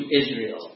Israel